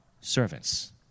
servants